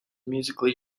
musically